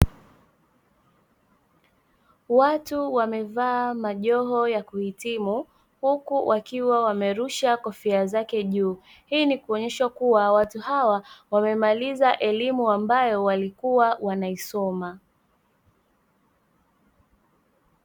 Watu wamevaa majoho ya kuhitimu, huku wakiwa wamerusha kofia zake juu, hii ni kuonesha kuwa watu hawa wamemaliza elimu ambayo walikua wanaisoma.